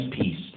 peace